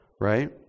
Right